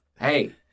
Hey